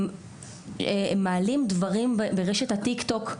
הם מעלים דברים לרשת הטיק-טוק.